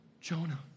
Jonah